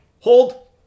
Hold